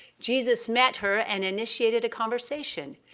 jesus met her and initiated a conversation.